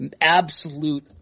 absolute